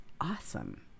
awesome